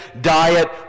diet